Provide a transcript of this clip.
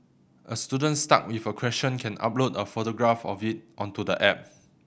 a student stuck with a question can upload a photograph of it onto the app